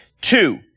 Two